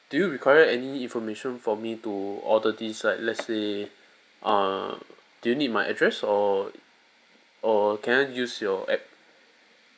do you require any information for me to order this set let's say err do you need my address or or can I use your app